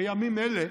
בימים אלה,